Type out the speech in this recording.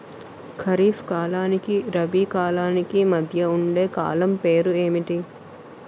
ఖరిఫ్ కాలానికి రబీ కాలానికి మధ్య ఉండే కాలం పేరు ఏమిటి?